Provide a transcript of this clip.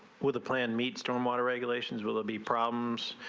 with the plan meets storm water regulations will will be problems.